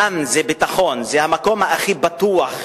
מאמן אללה, מאן זה ביטחון, המקום הכי בטוח,